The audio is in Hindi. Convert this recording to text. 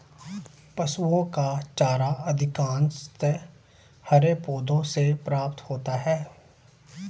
पशुओं का चारा अधिकांशतः हरे पौधों से प्राप्त होता है